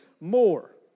more